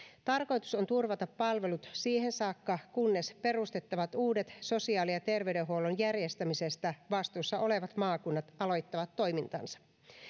tarkoitus on turvata palvelut siihen saakka kunnes perustettavat uudet sosiaali ja terveydenhuollon järjestämisestä vastuussa olevat maakunnat aloittavat toimintansa